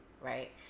Right